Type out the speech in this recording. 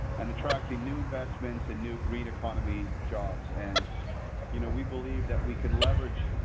and attracting new investments and new agreed economy jobs and you know we believe that we can leverage.